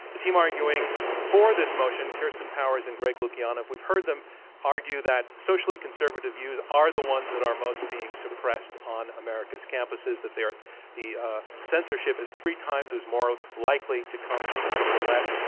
the team arguing for this motion, kirsten powers and greg lukianoff, we've heard them argue that socially conservative views are the ones that are most being suppressed on america's campuses, that they are the the ah censorship is three times as more likely to come from the left.